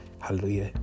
hallelujah